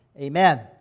amen